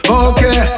okay